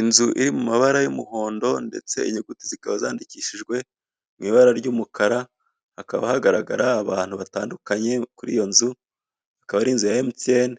Inzu iri mu mabara y'umuhondo, ndetse inyuguti zikaba zandikishijwe mw'ibara ry'umukara. Hakaba hagaragara abantu batandukanye kuriyo nzu, akaba ar'inzu ya mtn.